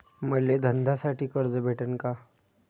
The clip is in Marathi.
मले धंद्यासाठी कर्ज भेटन का?